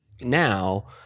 now